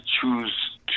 choose